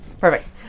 perfect